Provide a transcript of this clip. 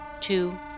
Two